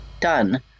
done